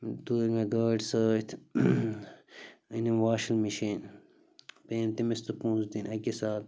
تُج مےٚ گٲڑۍ سۭتۍ أنِم واشِنٛگ مِشیٖن پیٚیَم تٔمِس تہِ پونٛسہٕ دِنۍ اَکی ساتہٕ